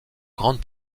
grande